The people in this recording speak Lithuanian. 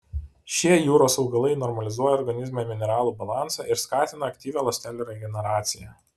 šie jūros augalai normalizuoja organizme mineralų balansą ir skatina aktyvią ląstelių regeneraciją